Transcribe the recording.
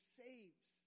saves